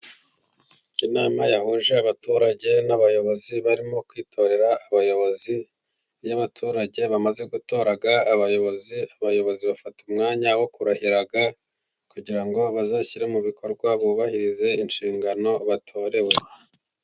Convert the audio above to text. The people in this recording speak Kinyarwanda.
Inama yahuje abaturage n'abayobozi barimo kwitorera abayobozi .Iyo abaturage bamaze gutora abayobozi ,abayobozi bafata umwanya wo kurahira ,kugira ngo bazashyire mu bikorwa bubahirize inshingano batorewe.